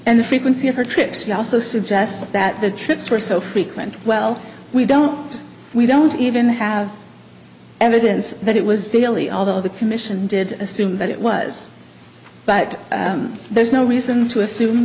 and the frequency of her trips you also suggest that the trips were so frequent well we don't we don't even have evidence that it was daily although the commission did assume that it was but there's no reason to assume